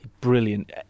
brilliant